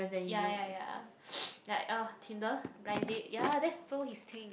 ya ya ya like ah tinder blind date ya that's so his thing